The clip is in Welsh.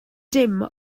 dim